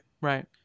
right